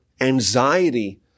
anxiety